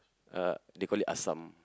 uh they call it asam